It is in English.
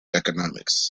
economics